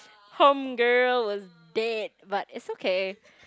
home girl was dead but it's okay